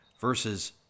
versus